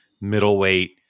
middleweight